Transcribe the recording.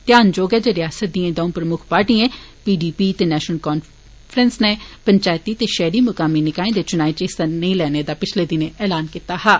ध्यान जोग ऐ जे रयासतै दिएं दंऊ प्रमुक्ख पार्टिएं पी डी पी ते नेश्नल कांफ्रैंस नै पंवैती ते शैहरी मकामी निकाएं दे चुनाएं च हिस्सा नेई लैने दा पिछले दिनें ऐलान कीता हा